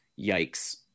yikes